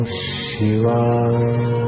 Shiva